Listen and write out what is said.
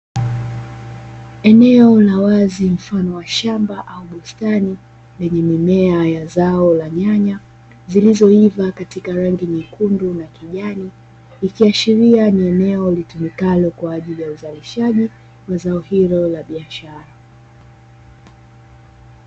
Eneo la wazi mfano wa shamba au bustani, lenye mimea ya zao la nyanya, zilizoiva katika rangi nyekundu na kijani, ikiashiria ni eneo litumikalo kwa ajili ya uzalishaji wa zao hilo la biashara.